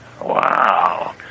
wow